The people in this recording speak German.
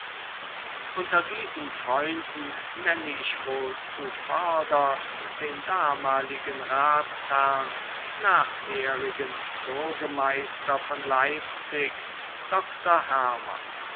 unter diesen freunden nenne ich wohl zuvörderst den damaligen ratsherrn nachherigen burgemeister von leipzig doktor hermann